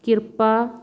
ਕਿਰਪਾ